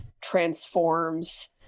Transforms